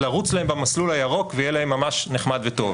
לרוץ להם במסלול הירוק ויהיה להם ממש נחמד וטוב.